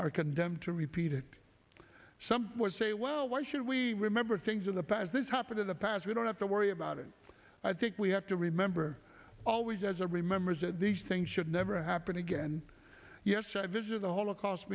are condemned to repeat it some would say well why should we remember things in the past this happened in the past we don't have to worry about it i think we have to remember always as a remembers that these things should never happen again yes i visited the holocaust